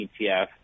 ETF